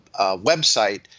website